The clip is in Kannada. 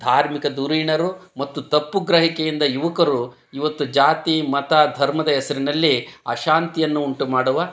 ಧಾರ್ಮಿಕ ಧುರೀಣರು ಮತ್ತು ತಪ್ಪು ಗ್ರಹಿಕೆಯಿಂದ ಯುವಕರು ಇವತ್ತು ಜಾತಿ ಮತ ಧರ್ಮದ ಹೆಸರಿನಲ್ಲಿ ಅಶಾಂತಿಯನ್ನು ಉಂಟುಮಾಡುವ